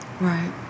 Right